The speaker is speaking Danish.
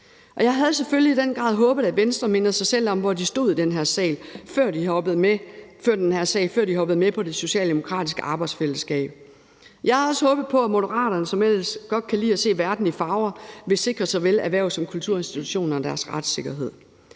Jeg havde selvfølgelig i den grad håbet, at Venstre mindede sig selv om, hvor de stod i den her sag, før de hoppede med på det socialdemokratiske arbejdsfællesskab. Jeg havde også håbet på, at Moderaterne, som ellers godt kan lide at se verden i farver, ville sikre såvel erhverv som kulturinstitutioner deres retssikkerhed.